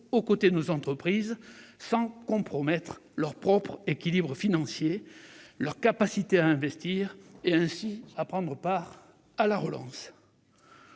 aux côtés de nos entreprises, sans compromettre leur propre équilibre financier, leur capacité à investir et ainsi, à prendre part à la relance.